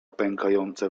pękające